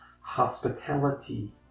hospitality